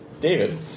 David